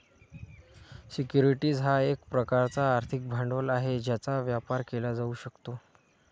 securities हा एक प्रकारचा आर्थिक भांडवल आहे ज्याचा व्यापार केला जाऊ शकतो